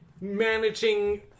managing